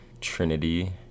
trinity